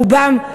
רובם.